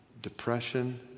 depression